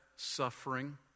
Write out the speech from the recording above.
Suffering